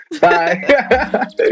Bye